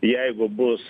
jeigu bus